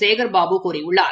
சேகர் பாபு கூறியுள்ளார்